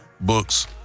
books